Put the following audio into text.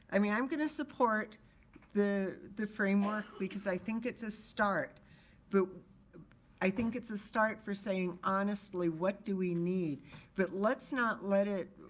i mean, i'm gonna support the the framework because i think it's a start but i think it's a start for saying honestly what do we need but let's not let it